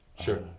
Sure